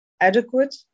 adequate